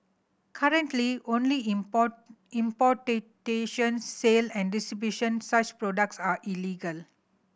currently only sale and distribution such products are illegal